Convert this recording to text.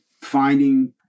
Finding